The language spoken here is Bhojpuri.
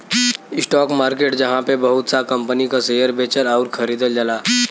स्टाक मार्केट जहाँ पे बहुत सा कंपनी क शेयर बेचल आउर खरीदल जाला